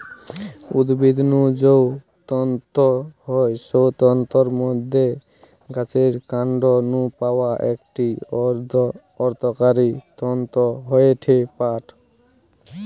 উদ্ভিদ নু যৌ তন্তু হয় সৌ তন্তুর মধ্যে গাছের কান্ড নু পাওয়া একটি অর্থকরী তন্তু হয়ঠে পাট